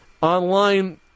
online